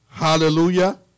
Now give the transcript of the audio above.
Hallelujah